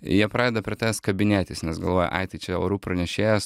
jie pradeda prie tavęs kabinėtis nes galvoja ai tai čia orų pranešėjas